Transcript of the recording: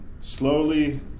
slowly